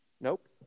Nope